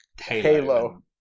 Halo